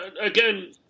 again